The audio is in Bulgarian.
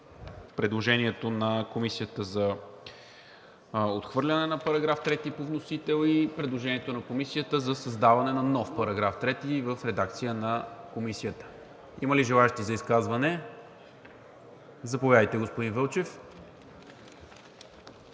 предложението на Комисията за отхвърляне на § 3 по вносител и предложението на Комисията за създаване на нов § 3 в редакция на Комисията. Има ли желаещи за изказване? Заповядайте, господин Вълчев.